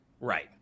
Right